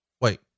Wait